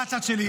מה הצד שלי?